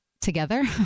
together